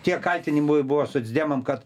tie kaltinimai buvo socdemam kad